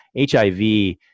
HIV